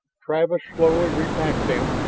travis slowly repacked them,